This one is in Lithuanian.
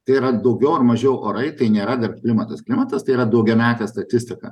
tai yra daugiau ar mažiau orai tai nėra dar klimatas klimatas tai yra daugiametė statistika